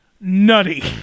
nutty